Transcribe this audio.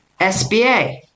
SBA